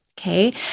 Okay